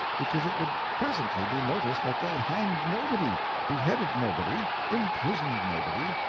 because it would presently be noticed that they hanged nobody, beheaded nobody, imprisoned nobody,